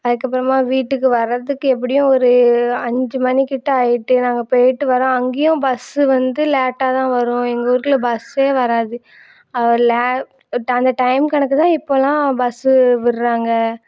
அதுக்கு அப்புறமா வீட்டுக்கு வர்றதுக்கு எப்படியும் ஒரு அஞ்சு மணிகிட்ட ஆகிட்டு நாங்கள் போயிட்டு வரோம் அங்கேயும் பஸ்ஸு வந்து லேட்டாக தான் வரும் எங்கள் ஊருக்குள்ளே பஸ்ஸே வராது ல ட அந்த டைம் கணக்கு தான் இப்போலாம் பஸ்ஸு விடுறாங்க